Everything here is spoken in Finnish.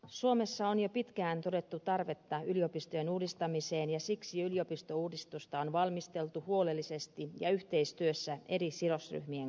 suomessa on jo pitkään todettu tarvetta yliopistojen uudistamiseen ja siksi yliopistouudistusta on valmisteltu huolellisesti ja yhteistyössä eri sidosryhmien kanssa